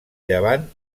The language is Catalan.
llevant